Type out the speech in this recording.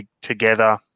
together